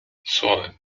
słowem